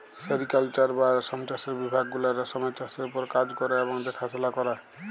sericulture বা রেশম চাষের বিভাগ গুলা রেশমের চাষের উপর কাজ ক্যরে এবং দ্যাখাশলা ক্যরে